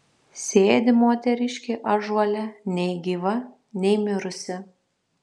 sėdi moteriškė ąžuole nei gyva nei mirusi